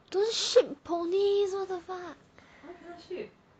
don't ship ponies what the fuck